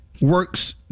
works